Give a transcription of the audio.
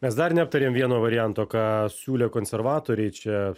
mes dar neaptarėm vieno varianto ką siūlė konservatoriai čia